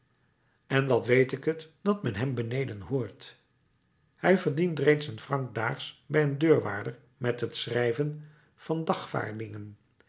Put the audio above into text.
en wat weet ik het dat men hem beneden hoort hij verdient reeds een franc daags bij een deurwaarder met het schrijven van dagvaardingen